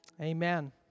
Amen